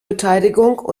beteiligung